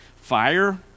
fire